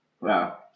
Wow